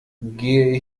gehe